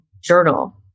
journal